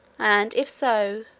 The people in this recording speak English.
and, if so,